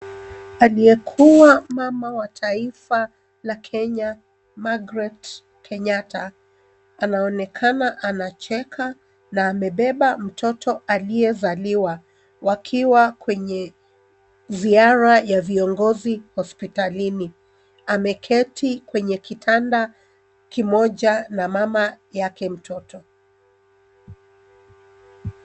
Aliyekuwa mama wa taifa la Kenya Margret Kenyatta anaonekana anacheka na amebeba mtoto aliyezaliwa wakiwa kwenye ziara ya viongozi hospitalini. Ameketi kwenye kitanda kimoja na mama yake mtoto.